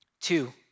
Two